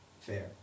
fair